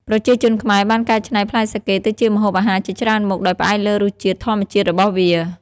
ប្រជាជនខ្មែរបានកែច្នៃផ្លែសាកេទៅជាម្ហូបអាហារជាច្រើនមុខ ដោយផ្អែកលើរសជាតិធម្មជាតិរបស់វា។